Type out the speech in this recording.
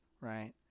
right